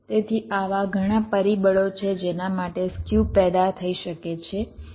તેથી આવા ઘણા પરિબળો છે જેના માટે સ્ક્યુ પેદા થઈ શકે છે